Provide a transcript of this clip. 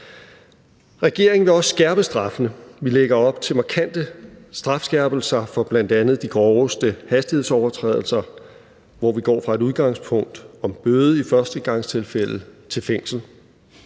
Regeringen vil også skærpe straffene. Vi lægger op til markante strafskærpelser for bl.a. de groveste hastighedsovertrædelser, hvor vi går fra et udgangspunkt om bøde i førstegangstilfælde til fængsel.